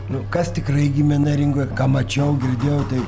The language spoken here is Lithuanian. nu kas tikrai gimė neringoje ką mačiau girdėjau tai